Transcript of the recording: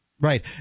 Right